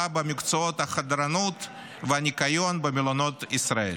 במקצועות החדרנות והניקיון במלונות ישראל.